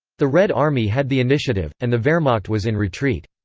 the red army had the initiative, and the wehrmacht was in retreat.